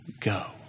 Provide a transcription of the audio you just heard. go